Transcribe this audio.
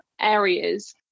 areas